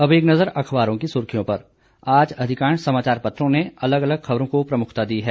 अब एक नज़र अखबारों की सुर्खियों पर आज अधिकांश समाचार पत्रों ने अलग अलग खबरों को प्रमुखता दी है